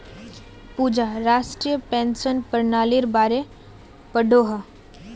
पूजा राष्ट्रीय पेंशन पर्नालिर बारे पढ़ोह